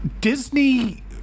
Disney